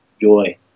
joy